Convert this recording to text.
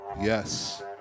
yes